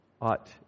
ought